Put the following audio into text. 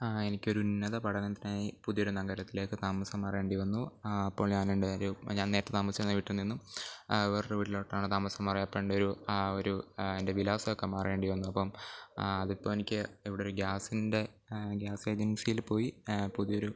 ആ എനിക്ക് ഒരു ഉന്നത പഠനത്തിനായി പുതിയ ഒരു നഗരത്തിലേക്ക് താമസം മാറേണ്ടി വന്നു ആ അപ്പോൾ ഞാൻ എൻ്റെ ഒരു ഞാൻ നേരത്തെ താമസിച്ചിരുന്ന വീട്ടിൽ നിന്നും വേറെ ഒരു വീട്ടിലോട്ട് ആണ് താമസം മാറിയത് അപ്പം എൻ്റെ ഒരു ഒരു എൻ്റെ വിലാസമൊക്കെ മാറേണ്ടി വന്നു അപ്പം അതിപ്പം എനിക്ക് ഇവിടെ ഒരു ഗ്യാസിൻ്റെ ഗ്യാസ് ഏജൻസിയിൽ പോയി പുതിയ ഒരു